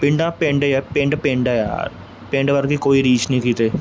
ਪਿੰਡਾਂ ਪਿੰਡ ਏ ਆ ਪਿੰਡ ਪਿੰਡ ਹੈ ਯਾਰ ਪਿੰਡ ਵਰਗੀ ਕੋਈ ਰੀਸ ਨਹੀਂ ਕਿਤੇ